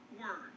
word